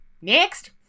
next